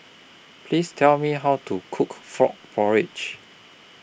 Please Tell Me How to Cook Frog Porridge